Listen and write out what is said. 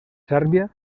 sèrbia